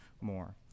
more